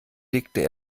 legte